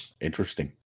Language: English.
Interesting